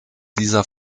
dieser